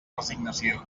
resignació